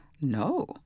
No